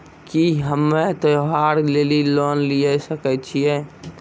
की हम्मय त्योहार लेली लोन लिये सकय छियै?